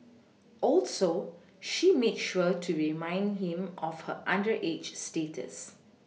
also she made sure to remind him of her underage status